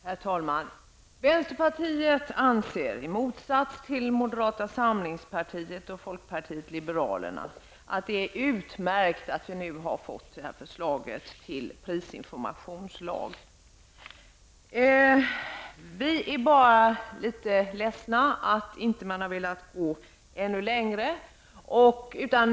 Herr talman! Vänsterpartiet anser i motsats till moderata samlingspartiet och folkpartiet liberalerna att det är utmärkt att vi nu har fått förslaget till prisinformationslag. Vi är bara litet ledsna över att man inte har velat gå ännu längre.